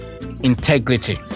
Integrity